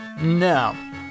No